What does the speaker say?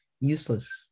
useless